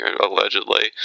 allegedly